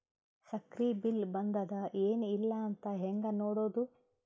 ಸಕ್ರಿ ಬಿಲ್ ಬಂದಾದ ಏನ್ ಇಲ್ಲ ಅಂತ ಹೆಂಗ್ ನೋಡುದು?